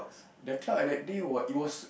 the truck at the day were it was